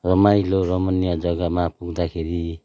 रमाइलो रमणीय जग्गामा पुग्दाखेरि